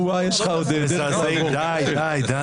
חברים.